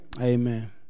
Amen